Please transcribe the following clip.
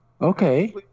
Okay